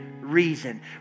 reason